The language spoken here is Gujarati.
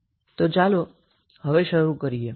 તો ચાલો હવે શરૂ કરીએ